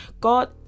god